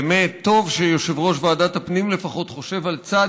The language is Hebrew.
באמת, טוב שיושב-ראש ועדת הפנים לפחות חושב על צ',